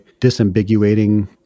disambiguating